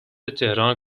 تهران